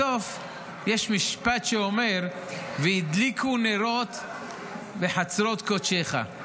בסוף יש משפט שאומר: "והדליקו נרות בחצרות קודשך".